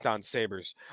Sabers